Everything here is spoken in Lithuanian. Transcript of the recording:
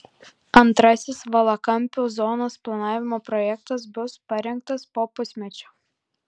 antrasis valakampių zonos planavimo projektas bus parengtas po pusmečio